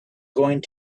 going